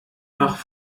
nach